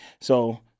So-